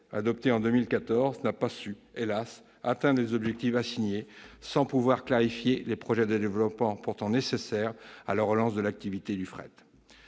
adoptée en 2014 n'a pas permis, hélas, d'atteindre les objectifs assignés et de clarifier les projets de développement pourtant nécessaires à la relance de l'activité de fret.